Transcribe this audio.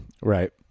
Right